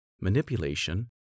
manipulation